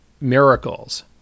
miracles